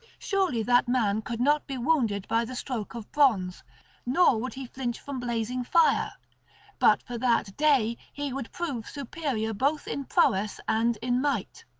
surely that man could not be wounded by the stroke of bronze nor would he flinch from blazing fire but for that day he would prove superior both in prowess and in might.